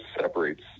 separates